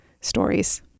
stories